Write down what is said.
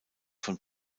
von